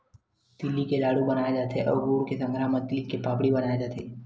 तिली के लाडू बनाय जाथे अउ गुड़ के संघरा म तिल के पापड़ी बनाए जाथे